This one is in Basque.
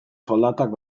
soldatak